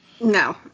No